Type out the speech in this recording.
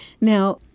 Now